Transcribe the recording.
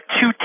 two